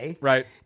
Right